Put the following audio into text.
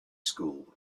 school